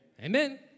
Amen